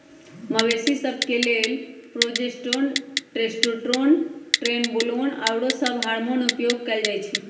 मवेशिय सभ के लेल प्रोजेस्टेरोन, टेस्टोस्टेरोन, ट्रेनबोलोन आउरो सभ हार्मोन उपयोग कयल जाइ छइ